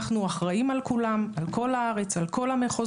אנחנו אחראים על כולם, על כל הארץ, על כל המחוזות,